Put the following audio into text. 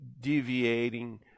deviating